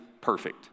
perfect